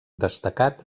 destacat